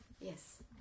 yes